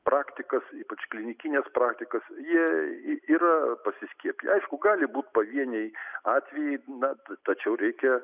praktikas ypač klinikines praktikas jie yra pasiskiepiję aišku gali būt pavieniai atvejai na tačiau reikia